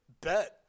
bet